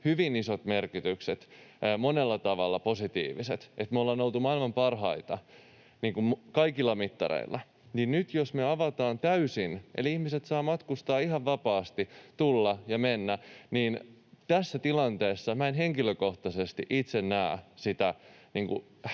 hyvin isot merkitykset, monella tavalla positiiviset, että me ollaan oltu maailman parhaita kaikilla mittareilla, ja jos me nyt avataan täysin eli ihmiset saavat matkustaa ihan vapaasti, tulla ja mennä, niin tässä tilanteessa minä en henkilökohtaisesti itse näe sitä